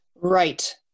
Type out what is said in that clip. Right